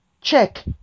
Check